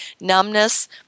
numbness